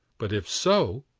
but if so,